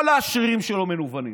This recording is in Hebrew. כל השרירים שלו מנוונים,